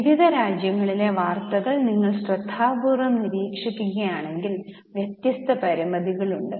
വിവിധ രാജ്യങ്ങളിലെ വാർത്തകൾ നിങ്ങൾ ശ്രദ്ധാപൂർവ്വം നിരീക്ഷിക്കുകയാണെങ്കിൽ വ്യത്യസ്ത പരിമിതികൾ ഉണ്ട്